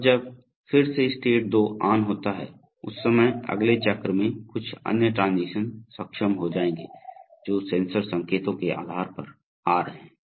अब जब फिर से स्टेट 2 ऑन होता है उस समय अगले चक्र में कुछ अन्य ट्रांजीशन सक्षम हो जाएंगे जो सेंसर संकेतों के आधार पर आ रहे हैं